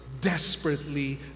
desperately